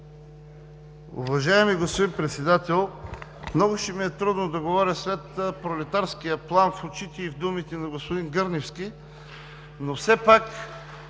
Уважаеми господин Председател, много ще ми е трудно да говоря след пролетарския плам в очите и думите на господин Гърневски (ръкопляскания